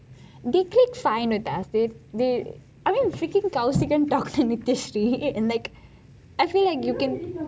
they click fine with us they they I mean freaking kaushik talked to nityashree and like I feel like